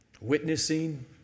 Witnessing